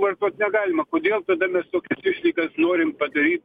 vartot negalima kodėl tada mes tokias išlygas norim padaryt